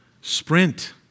sprint